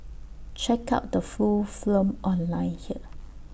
check out the full film online here